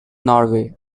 norway